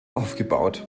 aufgebaut